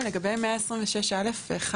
לגבי 126(א)(1),